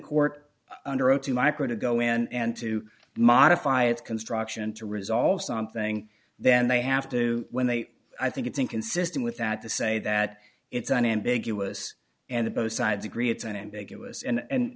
court under oath to micro to go in and to modify its construction to resolve something then they have to when they i think it's inconsistent with that to say that it's unambiguous and the both sides agree it's